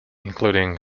including